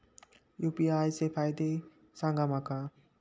UPI चे फायदे सांगा माका?